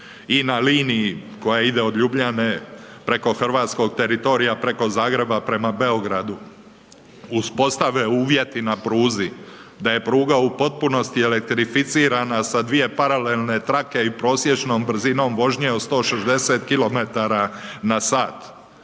i na liniji koja ide od Ljubljane preko hrvatskog teritorija preko Zagreba prema Beogradu uspostave uvjeti na pruzi, da je pruga u potpunosti elektrificirana sa dvije paralelne trake i prosječnom brzinom vožnje od 160 kilometara